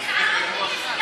הגזענות זה מפגע.